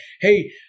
hey